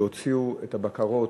שהוציאו את הבקרות,